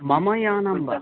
मम यानं वा